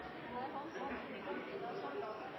Det har jeg